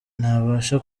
ntabasha